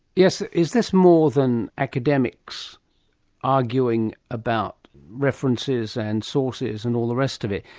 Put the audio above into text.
yes. is this more than academics arguing about references and sources and all the rest of it?